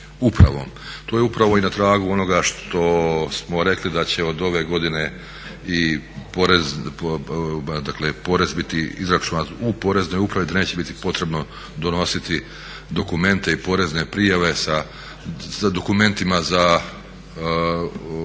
upravom. To je upravo i na tragu onoga što smo rekli da će od ove godine i porez biti izračunat u Poreznoj upravi, da neće biti potrebno donositi dokumente i porezne prijave sa dokumentima, sa